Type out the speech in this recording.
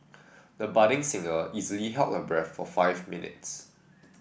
the budding singer easily held her breath for five minutes